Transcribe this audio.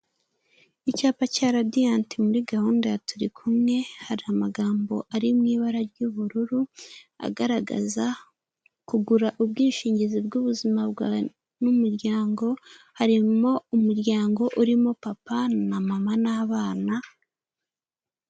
Icyapa cya radiyanti muri gahunda ya turikumwe hari amagambo arimw'ibara ry'ubururu agaragaza kugura ubwishingizi bw'ubuzima n'umuryango harimo umuryango urimo: papa, na mama, n'abana.